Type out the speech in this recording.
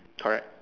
correct